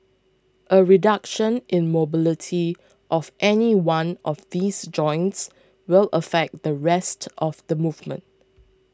a reduction in mobility of any one of these joints will affect the rest of the movement